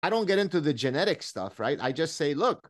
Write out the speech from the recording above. אני לא מגיע לדברים גנטיים, נכון? אני רק אומר, תראה.